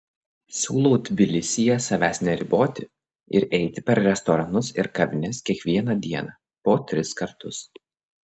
siūlau tbilisyje savęs neriboti ir eiti per restoranus ir kavines kiekvieną dieną po tris kartus